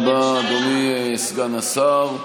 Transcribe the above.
תודה רבה, אדוני סגן השר.